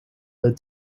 led